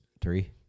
three